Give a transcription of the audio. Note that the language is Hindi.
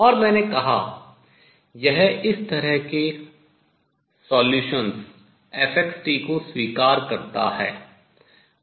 और मैंने कहा यह इस तरह के हल fx t को स्वीकार करता है